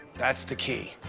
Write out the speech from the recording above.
that's the key.